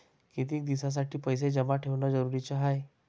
कितीक दिसासाठी पैसे जमा ठेवणं जरुरीच हाय?